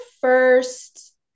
first